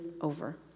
over